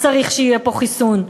צריך שיהיה פה חיסון,